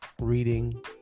reading